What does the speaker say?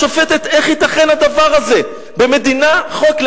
השופטת: איך ייתכן הדבר הזה במדינת חוק?